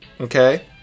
Okay